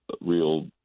real